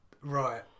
right